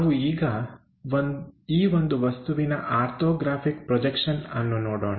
ನಾವು ಈಗ ಈ ಒಂದು ವಸ್ತುವಿನ ಆರ್ಥೋಗ್ರಾಫಿಕ್ ಪ್ರೊಜೆಕ್ಷನ್ ಅನ್ನು ನೋಡೋಣ